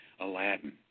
Aladdin